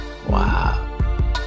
wow